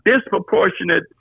disproportionate